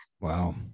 wow